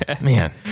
man